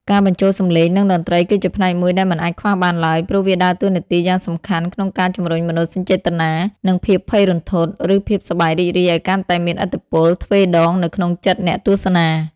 ការបញ្ចូលសំឡេង និងតន្ត្រីគឺជាផ្នែកមួយដែលមិនអាចខ្វះបានឡើយ ព្រោះវាដើរតួនាទីយ៉ាងសំខាន់ក្នុងការជម្រុញមនោសញ្ចេតនា និងភាពភ័យរន្ធត់ ឬភាពសប្បាយរីករាយឱ្យកាន់តែមានឥទ្ធិពលទ្វេដងនៅក្នុងចិត្តអ្នកទស្សនា។